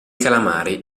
calamari